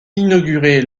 inaugurée